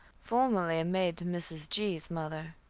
formerly maid to mrs. g's mother.